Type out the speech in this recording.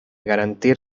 garantir